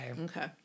Okay